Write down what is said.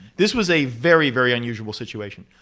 this was a very, very unusual situation.